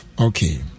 Okay